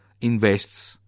Invests